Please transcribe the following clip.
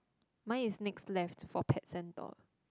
mine is next left for pet centre